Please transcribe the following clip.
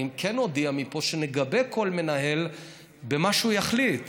אני כן אודיע מפה שנגבה כל מנהל במה שהוא יחליט.